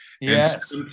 yes